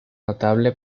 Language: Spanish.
notable